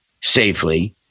safely